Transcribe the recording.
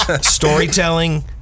Storytelling